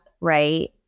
right